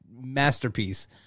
masterpiece